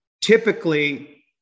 typically